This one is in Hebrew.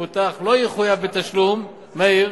המבוטח לא יחויב בתשלום, מאיר,